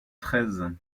treize